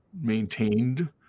maintained